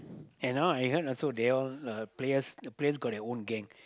and now I heard also they all uh players the players got their own gang